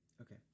Okay